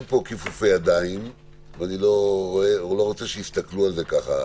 אין פה כיפופי ידיים ואני לא רוצה שיסתכלו על זה כך.